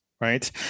Right